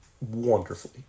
wonderfully